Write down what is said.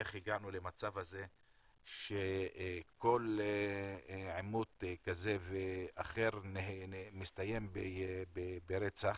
איך הגענו למצב הזה שכל עימות כזה ואחר מסתיים ברצח,